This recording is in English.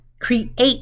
Create